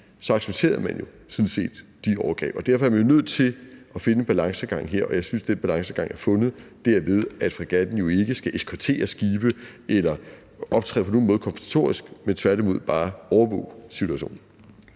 sådan set de overgreb, og derfor er man jo nødt til at finde en balancegang her, og jeg synes, at den balance er fundet, derved at fregatten jo ikke skal eskortere skibe eller på nogen måde optræde konfrontatorisk, men tværtimod bare overvåge situationen.